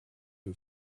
who